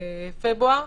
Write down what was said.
פברואר.